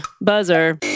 Buzzer